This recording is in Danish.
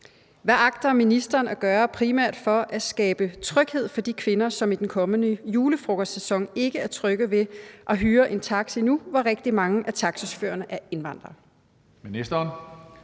Hvad agter ministeren at gøre primært for at skabe tryghed for de kvinder, som i den kommende julefrokostsæson ikke er trygge ved at hyre en taxi nu, hvor rigtig mange af taxichaufførerne er indvandrere? Kl.